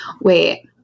wait